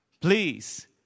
Please